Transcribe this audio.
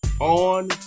on